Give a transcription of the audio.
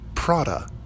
Prada